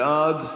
בעד.